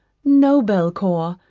no, belcour,